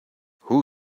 who